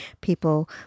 People